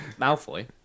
Malfoy